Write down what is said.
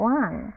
one